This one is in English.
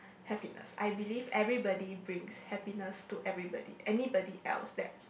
happiness I believe everybody brings happiness to everybody anybody else that